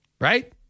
right